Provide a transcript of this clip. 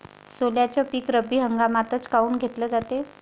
सोल्याचं पीक रब्बी हंगामातच काऊन घेतलं जाते?